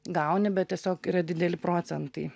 gauni bet tiesiog yra dideli procentai